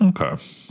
Okay